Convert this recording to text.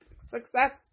Success